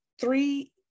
three